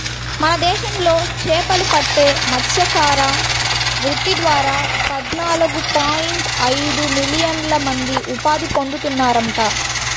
మన దేశంలో చేపలు పట్టే మత్స్యకార వృత్తి ద్వారా పద్నాలుగు పాయింట్ ఐదు మిలియన్ల మంది ఉపాధి పొందుతున్నారంట